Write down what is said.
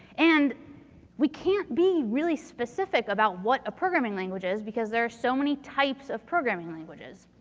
and we can't be really specific about what a programming language is because there are so many types of programming languages.